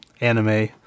anime